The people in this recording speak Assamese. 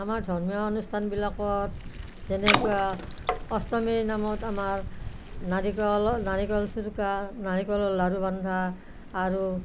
আমাৰ ধৰ্মীয় অনুষ্ঠানবিলাকত যেনেকুৱা অষ্টমীৰ নামত আমাৰ নাৰিকল নাৰিকলৰ চুৰুকা নাৰিকলৰ লাড়ু বন্ধা আৰু